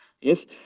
yes